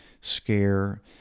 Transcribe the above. scare